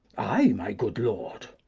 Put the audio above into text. ay, my good lord.